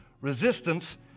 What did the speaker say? Resistance